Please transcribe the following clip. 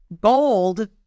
gold